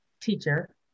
teacher